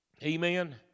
Amen